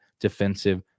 defensive